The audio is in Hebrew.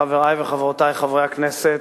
חברי וחברותי חברי הכנסת,